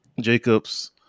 Jacobs